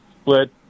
split